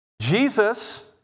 Jesus